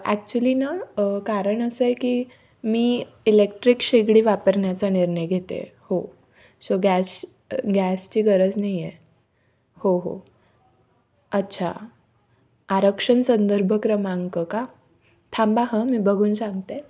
actually ना कारण असं आहे की मी इलेक्ट्रिक शेगडी वापरण्याचा निर्णय घेते हो शो गॅश गॅसची गरज नाही आहे हो हो अच्छा आरक्षण संदर्भ क्रमांक का थांबा हं मी बघून सांगते आहे